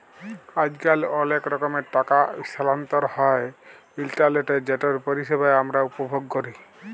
আইজকাল অলেক রকমের টাকা ইসথালাল্তর হ্যয় ইলটারলেটে যেটর পরিষেবা আমরা উপভোগ ক্যরি